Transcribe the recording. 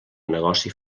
negoci